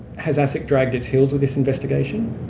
has asic dragged its heels with this investigation?